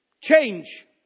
Change